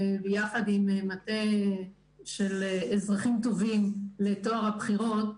וביחד עם מטה של אזרחים טובים לטוהר הבחירות,